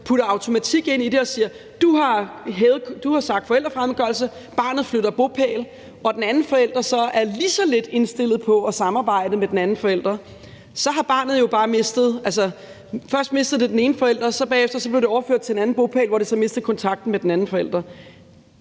putter en automatik ind i det og siger, at du har sagt forældrefremmedgørelse og barnet flytter bopæl, og den ene forælder så er lige så lidt indstillet på at samarbejde, som den anden forælder er, så har barnet, efter at det blev overført til en anden bopæl, også mistet kontakten med den anden forælder,